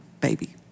baby